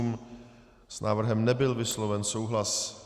S návrhem nebyl vysloven souhlas.